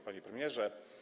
Panie Premierze!